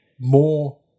more